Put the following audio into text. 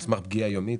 על סמך פגיעה יומית?